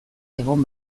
egon